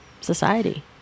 Society